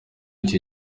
icyo